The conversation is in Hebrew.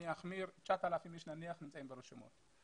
אחמיר ואומר נניח 9,000 אנשים ברשימות.